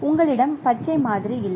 உங்களிடம் பச்சை மாதிரி இல்லை